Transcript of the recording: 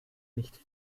nicht